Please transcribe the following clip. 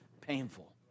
painful